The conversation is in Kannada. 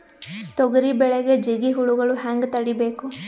ತೊಗರಿ ಬೆಳೆಗೆ ಜಿಗಿ ಹುಳುಗಳು ಹ್ಯಾಂಗ್ ತಡೀಬೇಕು?